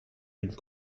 une